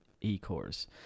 E-Cores